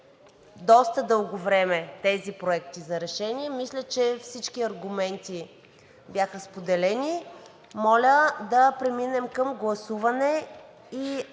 доста дълго време тези проекти за решения. Мисля, че всички аргументи бяха споделени. Моля да преминем към гласуване и не